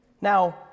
Now